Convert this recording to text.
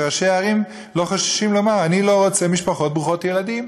שראשי הערים לא חוששים לומר: אני לא רוצה משפחות ברוכות ילדים,